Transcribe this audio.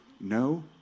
no